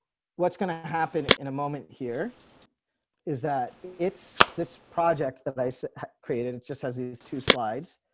what's going to happen in a moment here is that it's this project that they so created it just has these two slides.